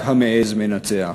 רק המעז מנצח.